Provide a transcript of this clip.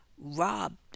robbed